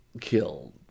Killed